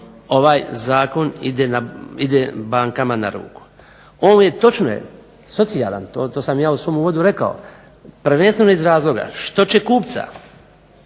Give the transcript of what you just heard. ovaj zakon ide bankama na ruku. Točno je socijala, to sam ja u svom uvodu rekao prvenstveno iz razloga, što će kupca